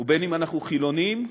ובין שאנחנו חילונים,